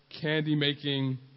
candy-making